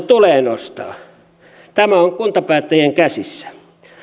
tulee nostaa tämä on kuntapäättäjien käsissä